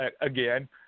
again